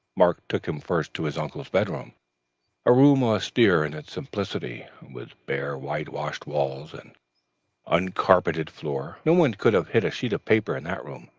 mark took him first to his uncle's bedroom a room austere in its simplicity, with bare white-washed walls and uncarpeted floor. no one could have hidden a sheet of paper in that room,